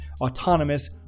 autonomous